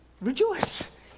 rejoice